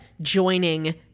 joining